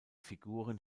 figuren